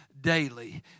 daily